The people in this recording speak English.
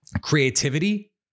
creativity